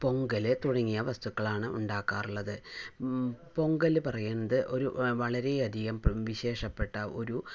പൊങ്കല് തുടങ്ങിയ വസ്തുക്കളാണ് ഉണ്ടാക്കാറുള്ളത് പൊങ്കൽ പറയുന്നത് ഒരു വളരെയധികം വിശേഷപ്പെട്ട ഒരു